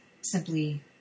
simply